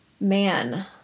man